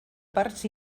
parts